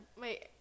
Wait